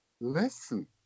listen